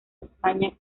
españa